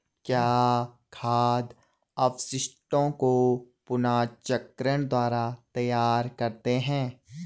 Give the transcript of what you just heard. क्या खाद अपशिष्टों को पुनर्चक्रण द्वारा तैयार करते हैं?